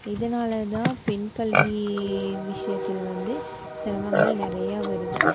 இதனால்தான் பெண்கல்வி விஷயத்தில் வந்து சிரமங்கள் நிறைய வருது